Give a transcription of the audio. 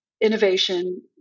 innovation